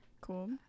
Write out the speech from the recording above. cool